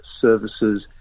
services